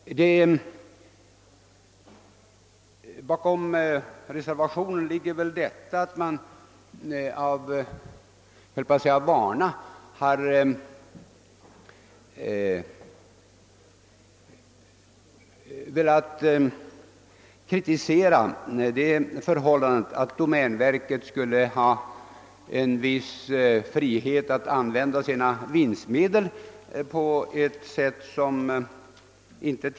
Bakom reservationen ligger väl att man av vana har velat beskära domänverkets frihet att använda sina vinstmedel.